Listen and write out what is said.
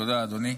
תודה, אדוני,